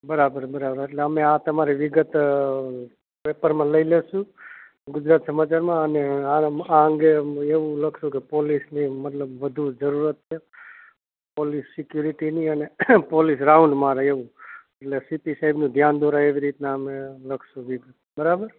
બરાબર બરાબર એટલે અમે આ તમારી વિગત પેપરમાં લઈ લઈશું ગુજરાત સમાચારમાં અને આ એજ અંગે એવું લખશું કે પોલીસની મતલબ વધુ જરૂરત છે પોલીસ સિક્યુરિટીની અને પોલીસ રાઉન્ડ મારે એવું એટલે સીપી સાહેબનું ધ્યાન દોરાય એવી રીતના લખશું વિગત બરાબર